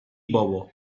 bobo